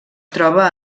troba